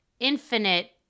infinite